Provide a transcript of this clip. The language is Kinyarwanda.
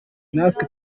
natwe